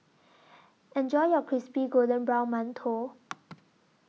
Enjoy your Crispy Golden Brown mantou